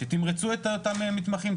שתמרצו את אותם מתמחים,